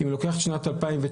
אם אני לוקח את שנת 2019,